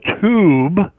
tube